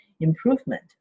improvement